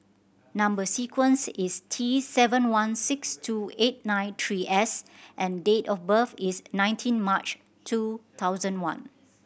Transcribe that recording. number sequence is T seven one six two eight nine three S and date of birth is nineteen March two thousand one